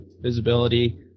visibility